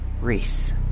Reese